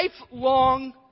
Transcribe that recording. lifelong